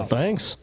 thanks